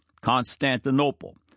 Constantinople